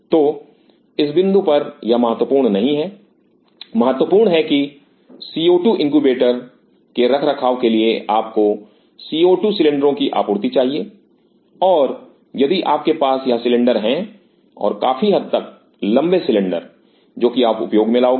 तो इस बिंदु पर यह महत्वपूर्ण नहीं है महत्वपूर्ण है कि CO2 इनक्यूबेटर के रखरखाव के लिए आपको CO2 सिलेंडरो की आपूर्ति चाहिए और यदि आपके पास यह सिलेंडर हैं और काफी हद तक लंबे सिलेंडर जो कि आप उपयोग में लाओगे